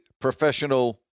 professional